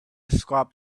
described